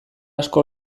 asko